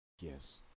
Yes